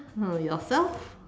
uh yourself